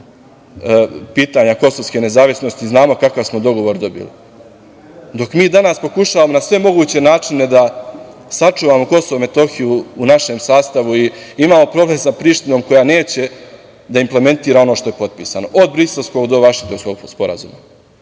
pitanja kosovske nezavisnosti. Znamo kako dogovor dobili. Dok mi danas pokušavamo na sve moguće načine da sačuvamo KiM u našem sastavu i imamo problem sa Prištinom koja neće da implementira ono što je potpisano, od Briselskog do Vašingtonskog sporazuma.